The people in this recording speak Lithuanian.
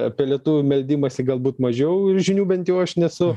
apie lietuvių meldimąsi galbūt mažiau ir žinių bent jau aš nesu